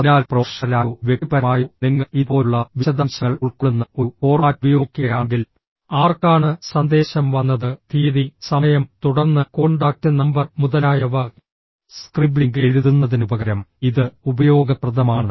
അതിനാൽ പ്രൊഫഷണലായോ വ്യക്തിപരമായോ നിങ്ങൾ ഇതുപോലുള്ള വിശദാംശങ്ങൾ ഉൾക്കൊള്ളുന്ന ഒരു ഫോർമാറ്റ് ഉപയോഗിക്കുകയാണെങ്കിൽ ആർക്കാണ് സന്ദേശം വന്നത് തീയതി സമയം തുടർന്ന് കോൺടാക്റ്റ് നമ്പർ മുതലായവ സ്ക്രിബ്ലിംഗ് എഴുതുന്നതിനുപകരം ഇത് ഉപയോഗപ്രദമാണ്